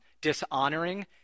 dishonoring